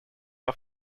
are